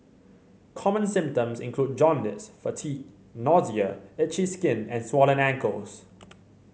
common symptoms include jaundice fatigue nausea itchy skin and swollen ankles